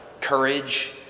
courage